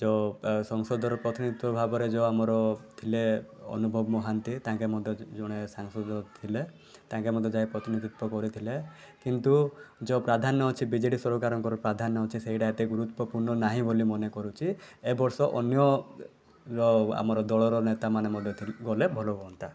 ଯେଉଁ ସଂସଦର ପ୍ରତିନିଧିତ୍ୱ ଭାବରେ ଯେଉଁ ଆମର ଥିଲେ ଅନୁଭବ ମହାନ୍ତି ତାଙ୍କେ ମଧ୍ୟ ଜଣେ ସାଂସଦ ଥିଲେ ତାଙ୍କେ ମଧ୍ୟ ଯାଇ ପ୍ରତିନିଧିତ୍ୱ କରୁଥିଲେ କିନ୍ତୁ ଯେଉଁ ପ୍ରାଧାନ୍ୟ ଅଛି ବି ଜେ ଡ଼ି ସରକାରଙ୍କର ପ୍ରାଧାନ୍ୟ ଅଛି ସେଇଟା ଏତେ ଗୁରୁତ୍ୱପୂର୍ଣ୍ଣ ନାହିଁ ବୋଲି ମନେ କରୁଛି ଏ ବର୍ଷ ଅନ୍ୟ ର ଆମର ଦଳର ନେତାମାନେ ମଧ୍ୟ ଥି ଗଲେ ଭଲ ହୁଅନ୍ତା